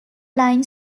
line